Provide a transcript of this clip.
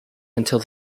until